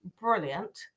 brilliant